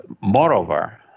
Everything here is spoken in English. moreover